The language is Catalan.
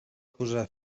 posar